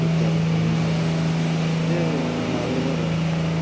बुरजाबो दिहुननो हाया बिदिनो माबायाव आरो एसे